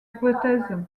hypothèse